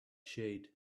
shade